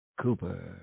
Cooper